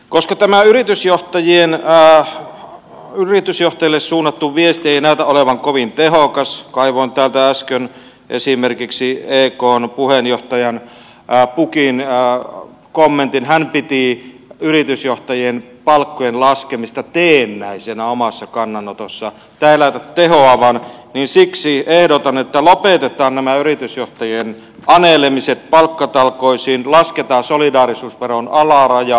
koska tämä yritysjohtajille suunnattu viesti ei näytä olevan kovin tehokas kaivoin täältä äsken esimerkiksi ekn puheenjohtajan pukin kommentin hän piti yritysjohtajien palkkojen laskemista teennäisenä omassa kannanotossaan tämä ei näytä tehoavan siksi ehdotan että lopetetaan nämä yritysjohtajien anelemiset palkkatalkoisiin lasketaan solidaarisuusveron alarajaa